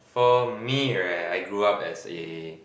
for me right I grew up as a